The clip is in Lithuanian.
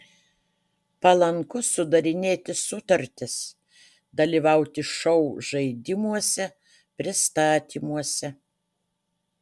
palanku sudarinėti sutartis dalyvauti šou žaidimuose pristatymuose